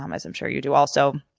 um as i'm sure you do also,